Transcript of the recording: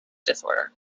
disorder